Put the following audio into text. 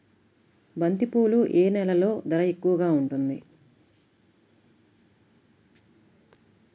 బంతిపూలు ఏ నెలలో ధర ఎక్కువగా ఉంటుంది?